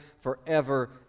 forever